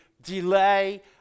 delay